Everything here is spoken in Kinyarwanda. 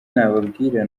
nababwira